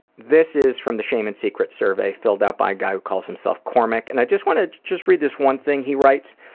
this is from the shame and secrets survey, filled out by a guy who calls himself cormack, and i just want to read this one thing he writes.